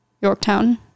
Yorktown